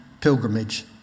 pilgrimage